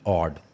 odd